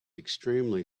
extremely